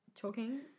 choking